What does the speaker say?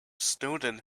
snowden